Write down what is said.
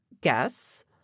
guess